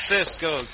Cisco